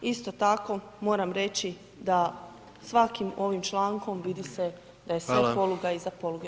Isto tako moram reći da svakim ovim člankom vidi se [[Upadica: Hvala]] da je sve poluga i iza poluga.